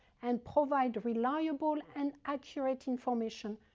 and provide reliable and accurate information,